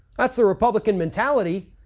that's the republican mentality,